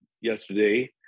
yesterday